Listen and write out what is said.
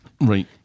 Right